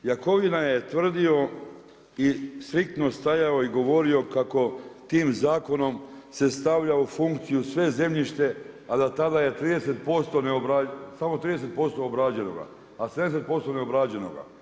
Jakovina je tvrdio i striktno stajao i govorio kako tim zakonom se stavlja u funkciju svo zemljište a da tada je samo 30% obrađeno, a 70% neobrađenoga.